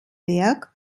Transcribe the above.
werk